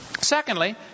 Secondly